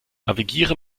navigiere